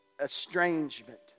estrangement